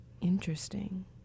Interesting